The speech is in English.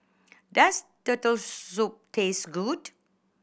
does Turtle Soup taste good